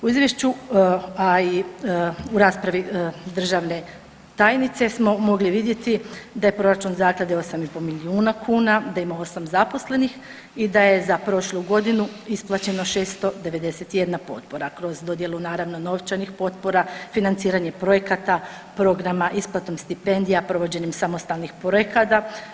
U izvješću, a i u raspravi državne tajnice smo mogli vidjeti da je proračun zaklade 8,5 milijuna kuna, da ima 8 zaposlenih i da je za prošlu godinu isplaćeno 691 potpora kroz dodjelu naravno novčanih potpora, financiranje projekata, programa, isplatom stipendija, provođenjem samostalnih projekata.